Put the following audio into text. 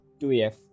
2F